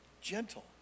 Gentle